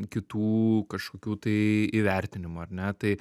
kitų kažkokių tai įvertinimų ar ne tai